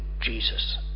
Jesus